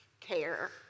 care